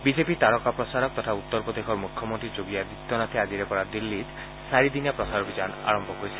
বিজেপিৰ তাৰকা প্ৰচাৰক তথা উত্তৰ প্ৰদেশৰ মুখ্যমন্ত্ৰী যোগী আদিত্যনাথে আজিৰে পৰা দিল্লীত চাৰিদিনীয়া প্ৰচাৰ অভিযান আৰম্ভ কৰিছে